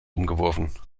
umgeworfen